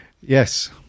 Yes